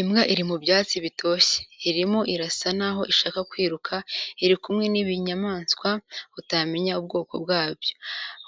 Imbwa iri mu byatsi bitoshye, irimo irasa naho ishaka kwiruka, iri kumwe n'ibinyamaswa utamenya ubwoko bwayo